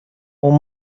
اون